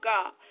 God